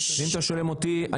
ואם אתם שואלים אותי,